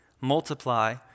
multiply